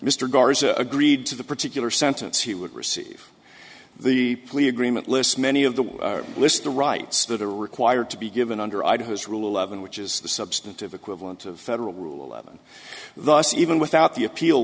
garza agreed to the particular sentence he would receive the plea agreement lists many of the list the rights that are required to be given under idaho's ruhleben which is the substantive equivalent of federal rule of and thus even without the appeal